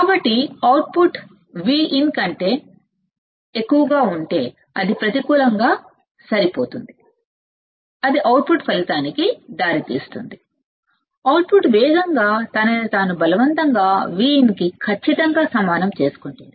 కాబట్టి output Vin కంటే ఎక్కువగా ఉంటే అవుట్పుట్ ప్రతికూలంగా మారుతుంది అంటే అవుట్పుట్ ప్రతికూల ఫలితానికి దారి తీస్తుంది అవుట్పుట్ వేగంగా తనని తాను బలవంతంగా Vin కి ఖచ్ఛితంగా సమానం చేసుకుంటుంది